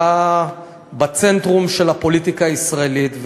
אתה בצנטרום של הפוליטיקה הישראלית,